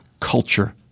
culture